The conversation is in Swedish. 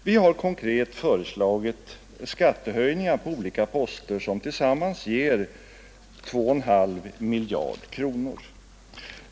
Vi har konkret föreslagit skattehöjningar på olika poster som tillsammans ger 2,5 miljarder kronor.